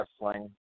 wrestling